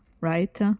right